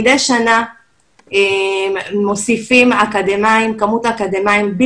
יש מאגרים קיימים היום של כל אותם אנשי עסקים אקדמאיים,